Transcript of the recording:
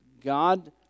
God